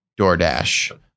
doordash